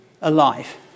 alive